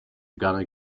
gonna